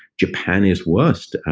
japan is worse,